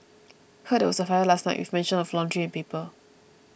heard there was a fire last night with mention of laundry and paper